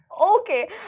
Okay